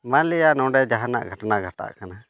ᱢᱟᱱᱞᱤᱭᱟ ᱱᱚᱰᱮ ᱡᱟᱦᱟᱱᱟᱜ ᱜᱷᱚᱴᱚᱱᱟ ᱜᱷᱚᱴᱟᱜ ᱠᱟᱱᱟ